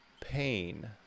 pain